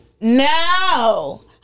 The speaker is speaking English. no